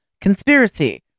Conspiracy